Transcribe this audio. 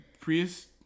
prius